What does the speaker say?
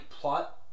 plot